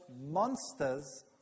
monsters